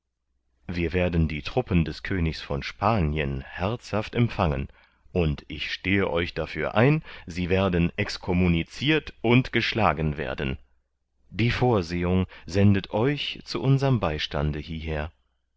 wir werden die truppen des königs von spanien herzhaft empfangen und ich stehe euch dafür ein sie werden excommunicirt und geschlagen werden die vorsehung sendet euch zu unserm beistande hieher